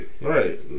Right